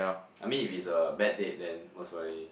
I mean if it's a bad date then most probably